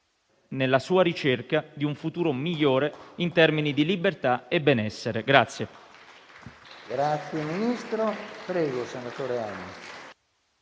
nella sua ricerca di un futuro migliore in termini di libertà e benessere.